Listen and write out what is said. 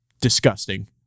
disgusting